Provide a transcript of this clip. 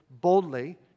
boldly